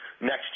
next